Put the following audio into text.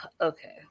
Okay